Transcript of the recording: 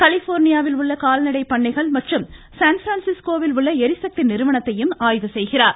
கலிபோர்னியாவில் பண்ணைகள் மற்றும் சான்பிரான்சிஸ்கோவில் உள்ள ளிசக்தி நிறுவனத்தையும் ஆய்வு செய்கிறார்